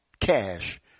cash